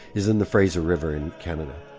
is in the fraser river in canada.